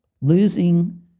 losing